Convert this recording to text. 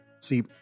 See